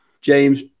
James